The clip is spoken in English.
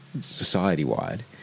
society-wide